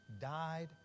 died